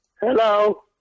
Hello